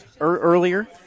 earlier